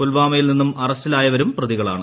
പുൽവാമയിൽ നിന്നും അറസ്റ്റിലായവരും പ്രതികളാണ്